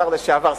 השר לשעבר,